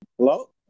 Hello